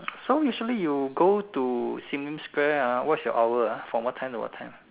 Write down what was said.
so usually you go to Sim Lim ah what is your hour ah from what time to what time